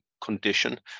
condition